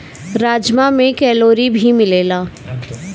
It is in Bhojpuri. राजमा में कैलोरी भी मिलेला